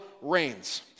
reigns